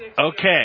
Okay